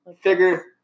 figure